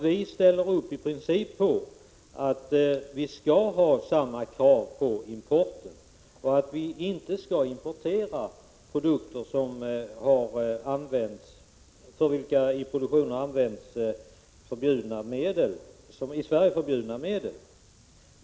Vi ställer i princip upp på att det skall gälla samma krav på importen och att man inte skall importera produkter för vilka det i produktionen har använts i Sverige förbjudna medel.